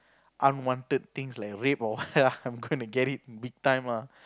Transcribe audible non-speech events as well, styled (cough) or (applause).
unwanted things like rape or what (laughs) I'm gonna get it Big Time lah